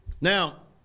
Now